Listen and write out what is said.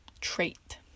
trait